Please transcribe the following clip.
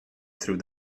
through